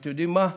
ואתם יודעים מה,